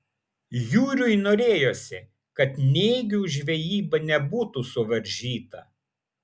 jūriui norėjosi kad nėgių žvejyba nebūtų suvaržyta